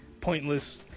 pointless